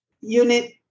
unit